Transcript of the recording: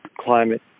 climate